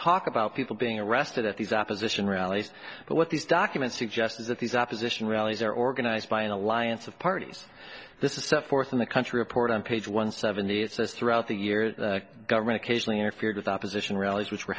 talk about people being arrested at these opposition rallies but what these documents suggest is that these opposition rallies are organized by an alliance of parties this is set forth in the country report on page one seventy it says throughout the years the government occasionally interfered with opposition rallies which were